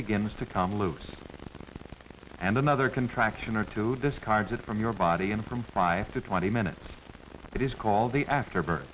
begins to come loose and another contraction or two discards it from your body and from five to twenty minutes it is called the after birth